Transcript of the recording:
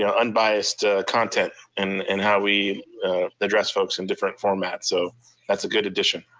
ah unbiased content in in how we address folks in different formats, so that's a good addition.